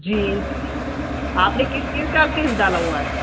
جی آپ نے کس چیز کا کیس ڈالا ہوا ہے